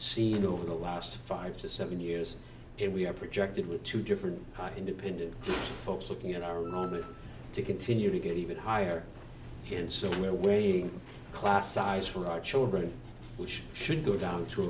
seen over the last five to seven years and we have projected with two different independent folks looking at our other to continue to get even higher and so we're waiting class size for our children which should go down t